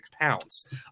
pounds